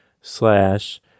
slash